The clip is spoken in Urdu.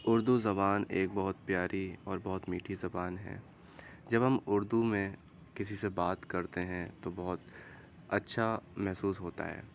اردو زبان ایک بہت پیاری اور بہت میٹھی زبان ہیں جب ہم اردو میں کسی سے بات کرتے ہیں تو بہت اچھا محسوس ہوتا ہے